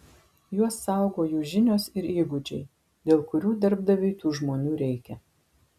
juos saugo jų žinios ir įgūdžiai dėl kurių darbdaviui tų žmonių reikia